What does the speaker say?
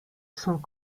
sont